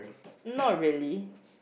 not really